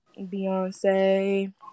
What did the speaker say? Beyonce